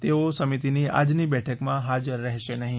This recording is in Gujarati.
તેઓ સમિતીની આજની બેઠકમાં હાજર રહેશે નહીં